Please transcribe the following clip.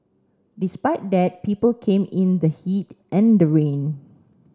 despite that people came in the heat and the rain